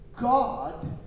God